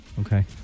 okay